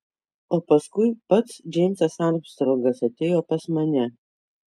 o paskui pats džeimsas armstrongas atėjo pas mane